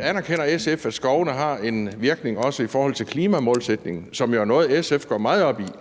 Anerkender SF, at skovene har en virkning også i forhold til klimamålsætningen, som jo er noget, SF går meget op i?